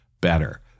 better